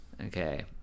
Okay